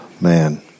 man